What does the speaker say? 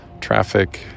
traffic